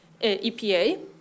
EPA